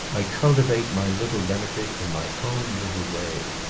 i cultivate my little benefit in my own little way.